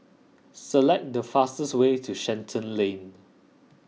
select the fastest way to Shenton Lane